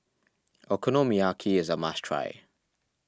Okonomiyaki is a must try